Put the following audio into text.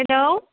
hello